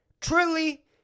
Truly